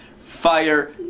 fire